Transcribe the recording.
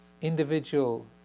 individual